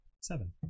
Seven